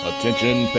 Attention